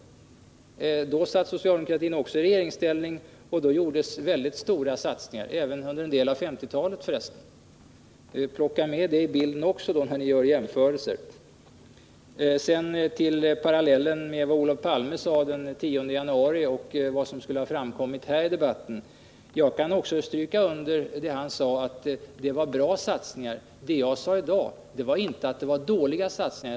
Också då satt socialdemokratin i regeringsställning, och då gjordes väldigt stora satsningar, liksom även under en del av 1950-talet. Plocka med det i bilden när ni gör jämförelser! När det sedan gäller Jörgen Ullenhags parallell mellan vad Olof Palme sade den 10 januari och vad som enligt Jörgen Ullenhag inte skulle ha framkommit här i debatten så kan jag stryka under det Olof Palme sade, nämligen att det var bra satsningar. Det jag sade i dag var inte att det var dåliga satsningar.